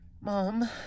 mom